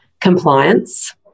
compliance